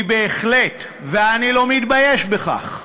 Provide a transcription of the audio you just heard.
היא בהחלט, ואני לא מתבייש בכך,